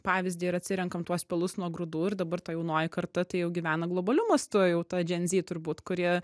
pavyzdį ir atsirenkam tuos pelus nuo grūdų ir dabar ta jaunoji karta tai jau gyvena globaliu mastu jau ta dženzy turbūt kuri